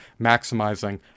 maximizing